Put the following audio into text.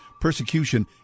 Persecution